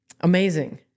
Amazing